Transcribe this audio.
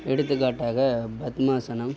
எடுத்துக்காட்டாக பத்மாசனம்